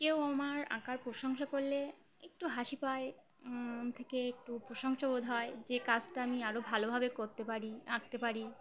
কেউ আমার আঁকার প্রশংসা করলে একটু হাসি পায় থেকে একটু প্রশংসাবোধ হয় যে কাজটা আমি আরও ভালোভাবে করতে পারি আঁকতে পারি